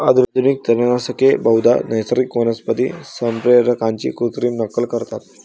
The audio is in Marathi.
आधुनिक तणनाशके बहुधा नैसर्गिक वनस्पती संप्रेरकांची कृत्रिम नक्कल करतात